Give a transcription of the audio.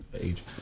age